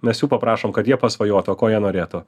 mes jų paprašom kad jie pasvajotų o ko jie norėtų